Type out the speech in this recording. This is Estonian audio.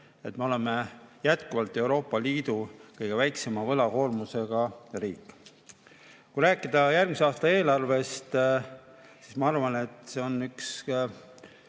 et me oleme jätkuvalt Euroopa Liidu kõige väiksema võlakoormusega riik. Kui rääkida järgmise aasta eelarvest, siis ma arvan, et see on üks